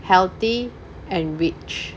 healthy and rich